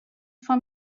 fan